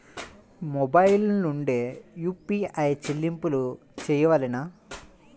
Mobile నుండే UPI చెల్లింపులు చేయవలెనా?